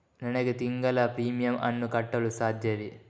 ನನಗೆ ತಿಂಗಳ ಪ್ರೀಮಿಯಮ್ ಅನ್ನು ಕಟ್ಟಲು ಸಾಧ್ಯವೇ?